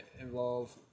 involve